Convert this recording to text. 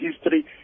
history